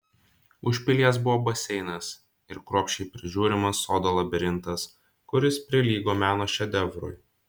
už pilies buvo baseinas ir kruopščiai prižiūrimas sodo labirintas kuris prilygo meno šedevrui